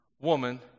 woman